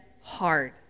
hard